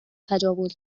تجاوز